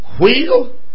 wheel